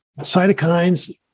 cytokines